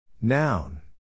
Noun